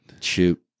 Shoot